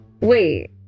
Wait